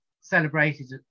celebrated